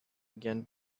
again